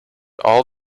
all